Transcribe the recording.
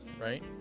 Right